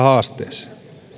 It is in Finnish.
haasteeseen